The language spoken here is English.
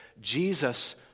Jesus